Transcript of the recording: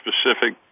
specific